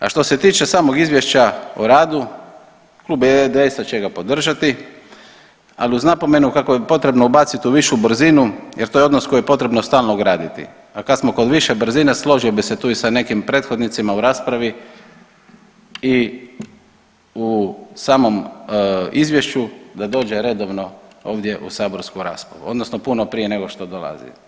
A što se tiče samog izvješća o radu, klub IDS-a će ga podržati, ali uz napomenu kako je potrebno ubacit u višu brzinu jer to je odnos koji je potrebno stalno graditi, a kad smo kod više brzine složio bi se tu i sa nekim prethodnicima u raspravi i u samom izvješću da dođe redovno ovdje u saborsku raspravu odnosno puno prije nego što dolazi.